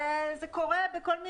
זה קורה בהמון תחומים.